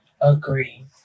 agree